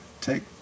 Take